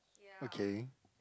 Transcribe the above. okay